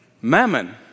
Mammon